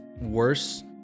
worse